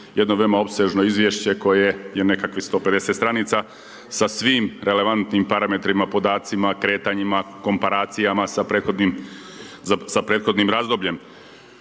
jedno veoma opsežno izvješće koje je nekakvih 150 stranica sa svim relevantnim parametrima, podacima, kretanjima, komparacijama sa prethodnim razdobljem.